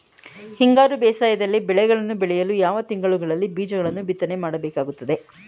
ಹಿಂಗಾರು ಬೇಸಾಯದಲ್ಲಿ ಬೆಳೆಗಳನ್ನು ಬೆಳೆಯಲು ಯಾವ ತಿಂಗಳುಗಳಲ್ಲಿ ಬೀಜಗಳನ್ನು ಬಿತ್ತನೆ ಮಾಡಬೇಕಾಗುತ್ತದೆ?